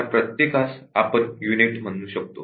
या प्रत्येकास आपण युनिट म्हणू शकतो